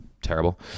terrible